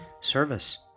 service